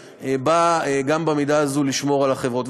שבאה גם במידה מסוימת לשמור על החברות.